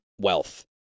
wealth